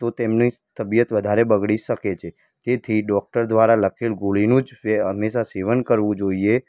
તો તેમની તબિયત વધારે બગડી શકે છે તેથી ડૉકટર દ્વારા લખેલી ગોળીનું જ વે હંમેશા સેવન કરવું જોઇએ